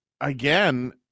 Again